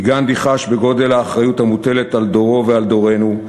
כי גנדי חש בגודל האחריות המוטלת על דורו ועל דורנו,